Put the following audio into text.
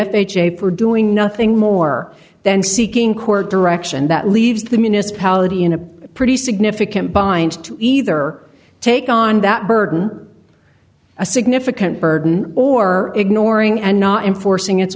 f h a for doing nothing more than seeking court direction that leaves the municipality in a pretty significant bind to either take on that burden a significant burden or ignoring and not enforcing its